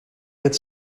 het